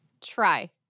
Try